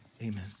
Amen